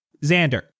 Xander